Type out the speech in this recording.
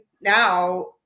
now